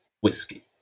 whiskey